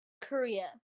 korea